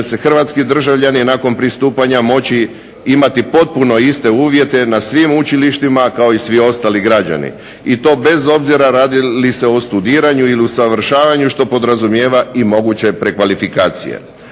hrvatski državljani nakon pristupanja moći imati potpuno iste uvjete na svim učilištima kao i svi ostali građani. I to bez obzira radi li se o studiranju ili usavršavanju što podrazumijeva i moguće prekvalifikacije.